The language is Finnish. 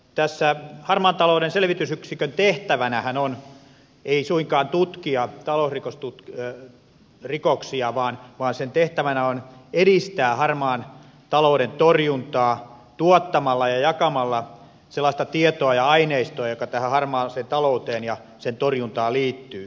harmaan talouden selvitysyksikön tehtävänähän on ei suinkaan tutkia talousrikoksia vaan sen tehtävänä on edistää harmaan talouden torjuntaa tuottamalla ja jakamalla sellaista tietoa ja aineistoa joka tähän harmaaseen talouteen ja sen torjuntaan liittyy